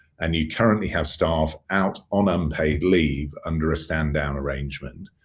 and you currently have staff out on unpaid leave under stand-down arrangement,